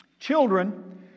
Children